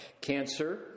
cancer